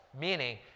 meaning